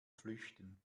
flüchten